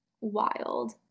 wild